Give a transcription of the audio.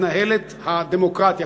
ככה מתנהלת הדמוקרטיה.